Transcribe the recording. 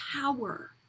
power